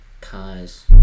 cause